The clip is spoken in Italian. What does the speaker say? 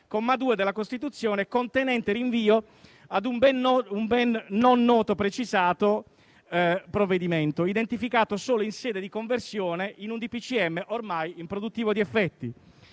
c. 2 Costituzione contenente rinvio ad un non ben precisato provvedimento, identificato solo in sede di conversione in un DPCM ormai improduttivo di effetti.